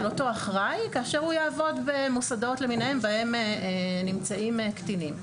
אותו אחראי כאשר הוא יעבור במוסדות למיניהם בהם נמצאים קטינים.